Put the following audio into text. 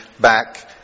back